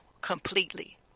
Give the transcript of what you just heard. completely